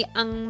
ang